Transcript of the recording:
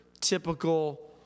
typical